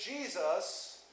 Jesus